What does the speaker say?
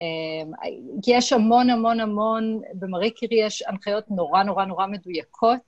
כי יש המון המון המון, במארי קירי יש הנחיות נורא נורא נורא מדויקות.